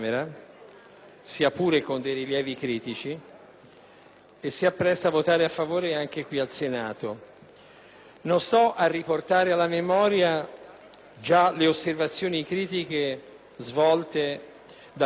e si appresta a farlo anche qui al Senato. Non sto a riportare alla memoria le osservazioni critiche già svolte dal collega Mascitelli.